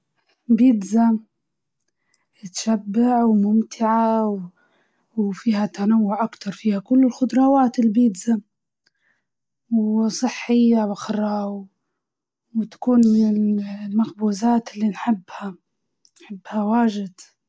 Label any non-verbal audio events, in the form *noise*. بيتزا لإني ن نحبها، ونقدر نديرها بعدة نكهات بالجبنة، بالخضار، بالدجاج، بال *hesitation* تونة، فالبيتزا نختارها، أما الآيس كريم تابت، والبيتزا نجدر نأكلها في أي وجت عشا، غدا، فطور، أي وجت.